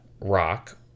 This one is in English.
rock